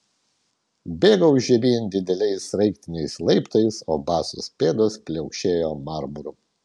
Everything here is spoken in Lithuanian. bėgau žemyn dideliais sraigtiniais laiptais o basos pėdos pliaukšėjo marmuru